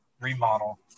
remodel